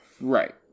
Right